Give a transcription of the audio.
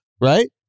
right